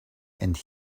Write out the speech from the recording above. and